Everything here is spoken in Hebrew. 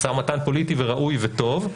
משא ומתן פוליטי וראוי וטוב,